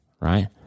right